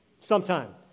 sometime